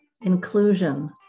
inclusion